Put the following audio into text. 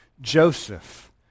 Joseph